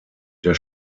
der